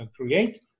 create